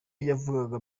yavugaga